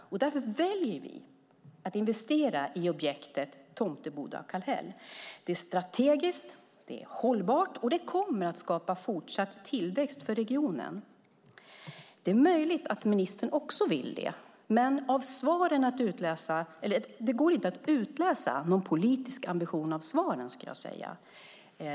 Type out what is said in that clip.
Därför väljer vi att investera i objektet Tomteboda-Kallhäll. Det är strategiskt, hållbart och det kommer att skapa fortsatt tillväxt för regionen. Det är möjligt att ministern också vill det, men det går inte att utläsa någon politisk ambition av svaren.